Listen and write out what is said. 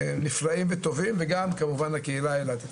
נפלאים וטובים, וגם כמובן הקהילה האילתית.